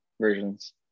versions